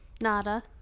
nada